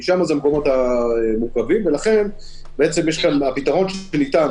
כי שם הם המקומות המורכבים ולכן הפתרון שניתן